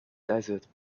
desert